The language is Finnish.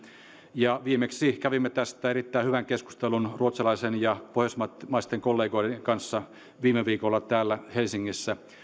ja viimeksi kävimme tästä erittäin hyvän keskustelun pohjoismaisten kollegoiden kanssa viime viikolla täällä helsingissä